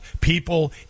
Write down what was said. people